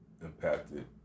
impacted